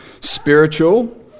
spiritual